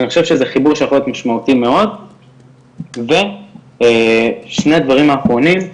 אני חושב שזה חיבור שיכול להיות משמעותי מאוד ושני דברים האחרונים,